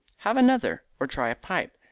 have another, or try a pipe.